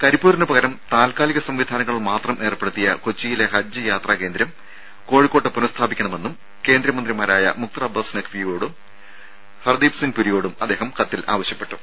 കരിപ്പൂരിന് പകരം താൽക്കാലിക സംവിധാനങ്ങൾ മാത്രം ഏർപ്പെടുത്തിയ കൊച്ചിയിലെ ഹജ്ജ് യാത്രാ കേന്ദ്രം കോഴിക്കോട്ട് പുനഃസ്ഥാപിക്കണമെന്നും കേന്ദ്രമന്ത്രിമാരായ മുക്തർ അബ്ബാസ് നഖ് വിയുടോയും ഹർദീപ് സിംഗ് പുരിയോടും അദ്ദേഹം കത്തിൽ ആവശ്യപ്പെട്ടു